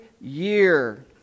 year